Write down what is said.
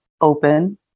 open